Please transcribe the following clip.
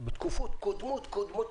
בתקופות קודמות-קודמות,